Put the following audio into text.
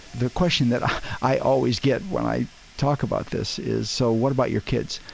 the question that i i always get when i talk about this is, so, what about your kids?